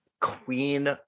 queen